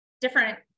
different